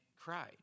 cried